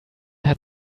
hat